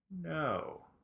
no